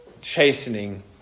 chastening